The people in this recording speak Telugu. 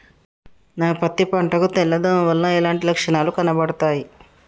నా పత్తి పంట కు తెల్ల దోమ వలన ఎలాంటి లక్షణాలు కనబడుతాయి?